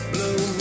Blue